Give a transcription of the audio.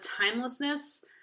timelessness